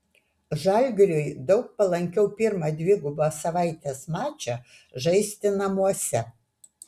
žalgiriui daug palankiau pirmą dvigubos savaitės mačą žaisti namuose